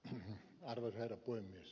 arvoisa herra puhemies